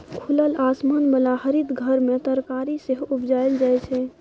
खुलल आसमान बला हरित घर मे तरकारी सेहो उपजाएल जाइ छै